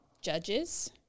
judges